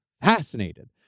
fascinated